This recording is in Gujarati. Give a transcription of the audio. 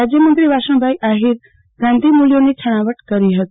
રાજયમંત્રો વાસણભાઈ આહીર ગાંધો મલ્યોની છણાવટ કરી હતી